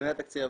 הבאים.